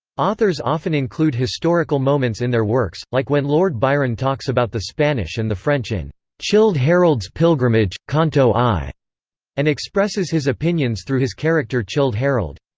authors often include historical moments in their works, like when lord byron talks about the spanish and the french in childe harold's pilgrimage canto i and expresses his opinions through his character childe harold.